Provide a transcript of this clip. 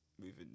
moving